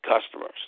customers